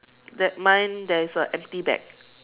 that mine there is a empty bag